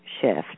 shift